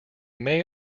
may